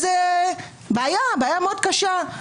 בשעה שאתם לא מעניקים שום פוליסת ביטוח